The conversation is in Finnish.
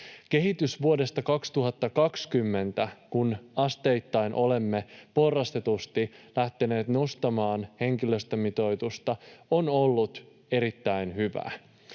Kehitys vuodesta 2020, kun olemme asteittain porrastetusti lähteneet nostamaan henkilöstömitoitusta, on ollut erittäin hyvää.